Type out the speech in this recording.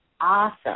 awesome